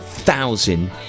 thousand